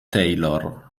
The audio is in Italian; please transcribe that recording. taylor